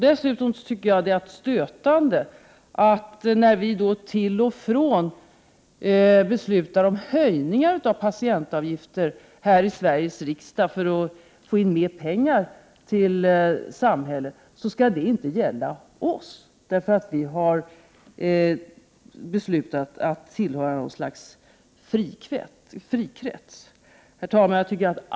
Dessutom är det stötande att det, när vi till och från beslutar om en höjning av patientavgifterna här i Sveriges riksdag för att få in mera pengar till samhället, inte skall gälla oss, eftersom vi har beslutat att tillhöra någon sorts frikrets. Herr talman!